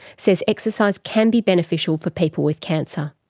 says exercise can be beneficial for people with cancer.